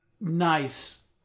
nice